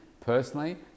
personally